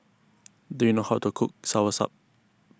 do you know how to cook Soursop